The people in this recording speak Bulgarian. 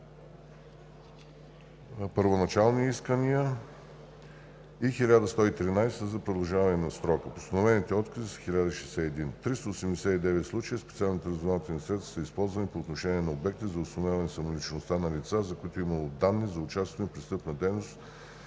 първоначални искания и 1113 са за продължаване на срока. Постановените откази са 1061. В 389 случая специални разузнавателни средства са използвани по отношение на обекти за установяване самоличността на лица, за които е имало данни за участието им в престъпна дейност